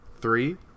Three